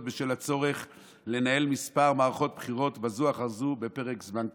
בשל הצורך לנהל כמה מערכות בחירות זו אחר זו בפרק זמן קצר.